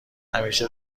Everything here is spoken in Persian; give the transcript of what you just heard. همیشه